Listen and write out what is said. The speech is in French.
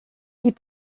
ils